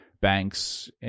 banks